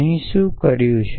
અહી શું કર્યું છે